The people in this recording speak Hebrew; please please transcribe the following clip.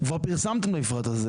כבר פרסמתם את המפרט הזה